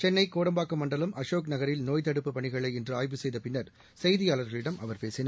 சென்னை கோடம்பாக்கம் மண்டலம் அசோக் நகரில் நோய்த் தடுப்புப் பணிகளை இன்று ஆய்வு செய்த பின்னர் செய்தியாளர்களிடம் அவர் பேசினார்